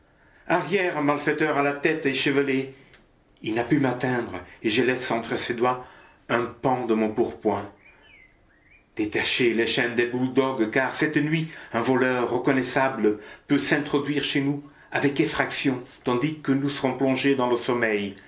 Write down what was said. arrière malfaiteur à la tête échevelée il n'a pu m'atteindre et j'ai laissé entre ses doigts un pan de mon pourpoint détachez les chaînes des bouledogues car cette nuit un voleur reconnaissable peut s'introduire chez nous avec effraction tandis que nous serons plongés dans le sommeil